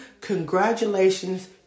congratulations